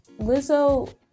Lizzo